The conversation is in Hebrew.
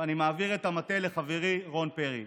ואני מעביר את המטה לחברי רון פרי.